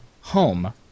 home